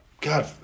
God